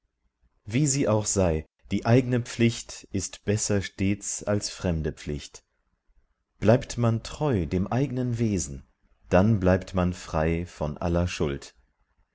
wie sie auch sei die eigne pflicht ist besser stets als fremde pflicht bleibt man treu dem eignen wesen dann bleibt man frei von aller schuld